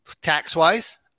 tax-wise